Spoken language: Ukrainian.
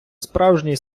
справжній